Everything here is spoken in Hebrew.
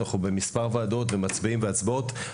אנחנו נמצאים במספר ועדות ומצביעים בהצבעות,